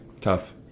tough